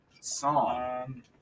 song